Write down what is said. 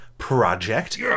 Project